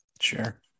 Sure